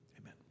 amen